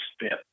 spent